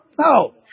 No